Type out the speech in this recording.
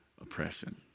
Oppression